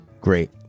Great